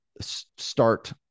start